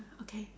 okay